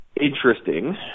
interesting